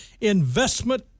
investment